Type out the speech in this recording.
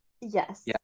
Yes